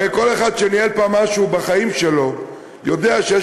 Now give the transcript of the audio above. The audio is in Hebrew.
הרי כל אחד שניהל פעם משהו בחיים שלו יודע שיש